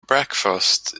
breakfast